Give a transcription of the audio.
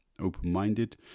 open-minded